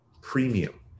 premium